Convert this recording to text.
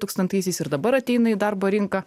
tūkstantaisiais ir dabar ateina į darbo rinką